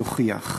יוכיח".